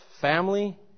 family